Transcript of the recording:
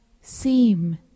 seem